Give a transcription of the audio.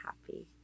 happy